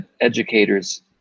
educators